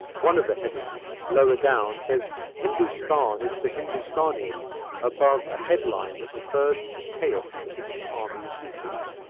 one of the headings lower down says hindustan is for hindustanis above a headline that refers to the chaos of the british army in egypt.